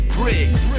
bricks